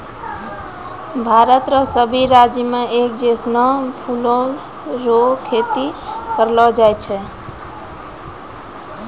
भारत रो सभी राज्य मे एक जैसनो फूलो रो खेती नै करलो जाय छै